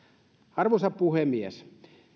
arvoisa puhemies